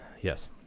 Yes